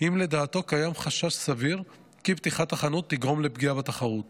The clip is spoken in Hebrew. אם לדעתו קיים חשש סביר כי פתיחת החנות תגרום לפגיעה בתחרות.